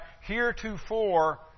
heretofore